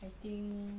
I think